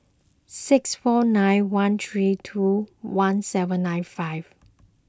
six four nine one three two one seven nine five